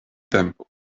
tempo